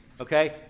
Okay